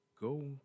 Go